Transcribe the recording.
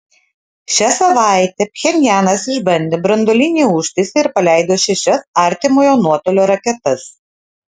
šią savaitę pchenjanas išbandė branduolinį užtaisą ir paleido šešias artimojo nuotolio raketas